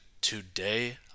Today